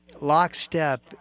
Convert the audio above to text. lockstep